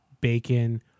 bacon